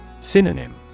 Synonym